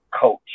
coach